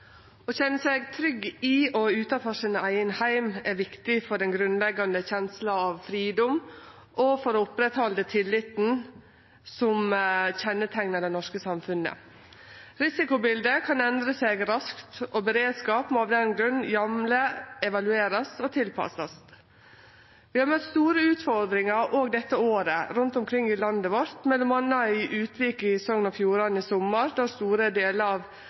Å kjenne seg trygg i og utanfor sin eigen heim er viktig for den grunnleggjande kjensla av fridom og for å bevare tilliten som kjenneteiknar det norske samfunnet. Risikobildet kan endre seg raskt, og beredskap må av den grunn jamleg evaluerast og tilpassast. Det har vore store utfordringar òg dette året rundt omkring i landet vårt, m.a. i Utvik i Sogn og Fjordane i sommar, der store delar av